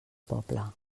poble